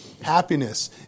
Happiness